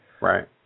Right